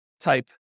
type